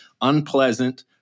unpleasant